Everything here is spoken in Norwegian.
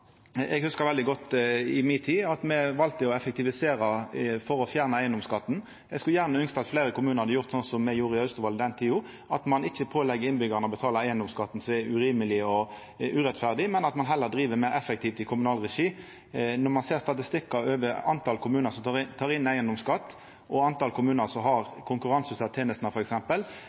mi tid valde å effektivisera for å fjerna eigedomsskatten. Eg skulle ynskja at fleire kommunar hadde gjort slik som me gjorde i Austevoll i den tida, at ein ikkje pålegg innbyggjarane å betala eigedomsskatt, som er urimeleg og urettferdig, men at ein heller driv meir effektivt i kommunal regi. Når ein ser statistikkar over talet på kommunar som tek inn eigedomsskatt, og talet på kommunar som har konkurranseutsett tenestene,